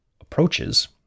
approaches